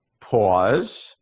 pause